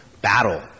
battle